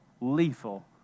lethal